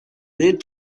need